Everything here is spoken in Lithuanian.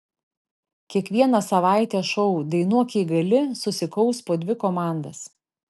kiekvieną savaitę šou dainuok jei gali susikaus po dvi komandas